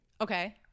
Okay